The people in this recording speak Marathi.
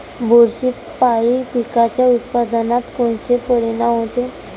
बुरशीपायी पिकाच्या उत्पादनात कोनचे परीनाम होते?